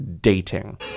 dating